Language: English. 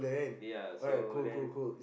ya so then